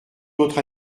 notre